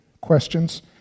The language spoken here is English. questions